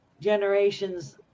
Generations